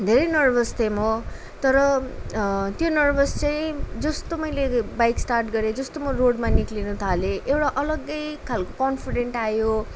धेरै नर्भस थिएँ म तर त्यो नर्भस चाहिँ जस्तो मैले बाइक स्ट्रार्ट गरेँ जस्तो म रोडमा निस्किन थालेँ एउटा अलगै खालको कन्फिडेन्ट आयो